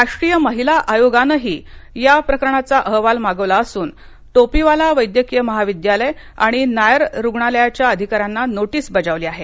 राष्ट्रीय महिला आयोगानंही या प्रकरणाचा अहवाल मागवला असून टोपीवाला वैद्यकीय महाविद्यालय आणि नायर रुग्णालयाच्या अधिकाऱ्यांना नोटीस बजावली आहे